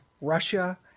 Russia